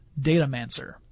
Datamancer